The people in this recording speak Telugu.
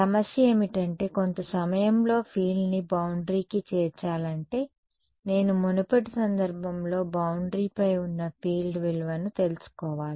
సమస్య ఏమిటంటే కొంత సమయంలో ఫీల్డ్ని బౌండరీకి చేర్చాలంటే నేను మునుపటి సందర్భంలో బౌండరీ పై ఉన్న ఫీల్డ్ విలువను తెలుసుకోవాలి